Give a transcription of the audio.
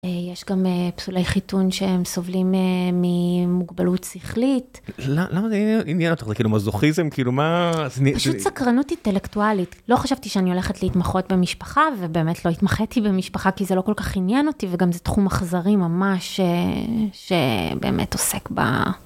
יש גם פסולי חיתון שהם סובלים ממוגבלות שכלית. למה זה עניין אותך? זה כאילו מזוכיזם? כאילו מה... פשוט סקרנות אינטלקטואלית. לא חשבתי שאני הולכת להתמחות במשפחה, ובאמת לא התמחיתי במשפחה כי זה לא כל כך עניין אותי, וגם זה תחום אכזרי ממש שבאמת עוסק ב...